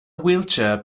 wheelchair